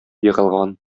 егылган